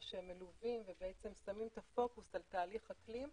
שמלווים ושמים את המיקוד על תהליך אקלים,